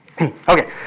Okay